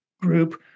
group